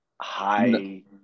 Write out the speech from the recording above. high